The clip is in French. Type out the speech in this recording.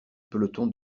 peloton